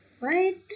right